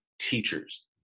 teachers